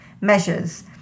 measures